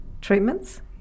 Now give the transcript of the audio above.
treatments